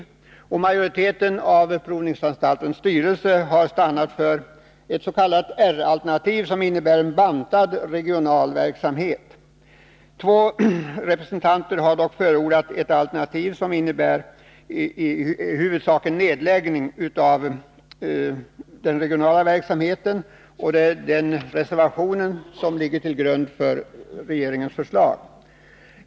Majoriteten av 11 juni 1982 provningsanstaltens styrelse stannade för det s.k. R-alternativet, som innebar en bantad regional verksamhet. Två av styrelsens ledamöter har dock förordat ett alternativ som i huvudsak innebär en nedläggning av den regionala verksamheten. Det är deras reservation som ligger till grund för regeringens förslag.